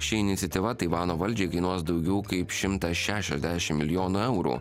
ši iniciatyva taivano valdžiai kainuos daugiau kaip šimtas šešiasdešimt milijonų eurų